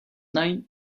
night